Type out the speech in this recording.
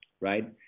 right